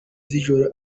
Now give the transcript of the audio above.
z’ijoro